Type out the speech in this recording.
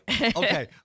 Okay